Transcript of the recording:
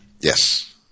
Yes